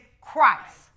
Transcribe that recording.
Christ